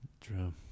true